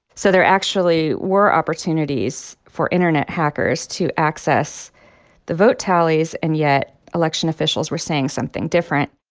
so there actually were opportunities for internet hackers to access the vote tallies. and yet election officials were saying something different.